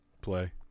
play